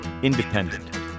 Independent